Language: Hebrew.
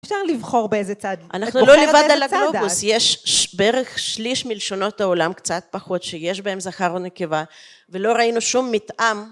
אפשר לבחור באיזה צד. אנחנו לא לבד על הגלובוס, יש בערך שליש מלשונות העולם, קצת פחות, שיש בהם זכר ונקבה, ולא ראינו שום מתאם